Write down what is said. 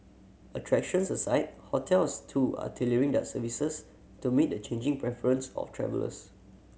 attractions aside hotels too are tailoring their services to meet the changing preference of travellers